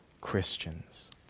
Christians